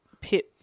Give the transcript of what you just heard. pit